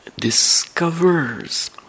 discovers